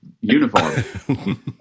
uniform